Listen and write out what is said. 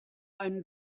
einen